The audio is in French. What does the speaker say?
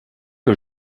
que